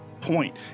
point